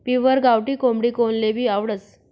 pure गावठी कोंबडी कोनलेभी आवडस